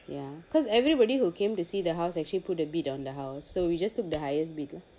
ya because everybody who came to see the house put a bid on the house so we just took the highest bid lah